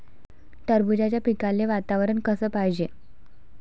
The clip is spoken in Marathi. टरबूजाच्या पिकाले वातावरन कस पायजे?